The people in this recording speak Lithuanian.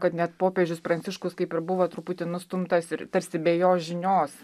kad net popiežius pranciškus kaip ir buvo truputį nustumtas ir tarsi be jo žinios